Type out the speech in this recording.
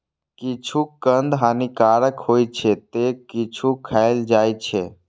किछु कंद हानिकारक होइ छै, ते किछु खायल जाइ छै